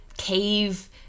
Cave